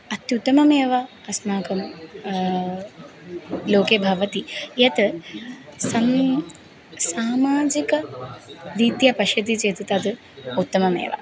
अत्युत्तमेव अस्माकं लोके भवति यत् सन् सामाजिकरीत्या पश्यति चेत् तद् उत्तममेव